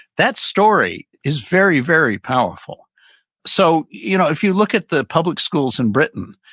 that story is very, very powerful so you know if you look at the public schools in britain,